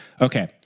okay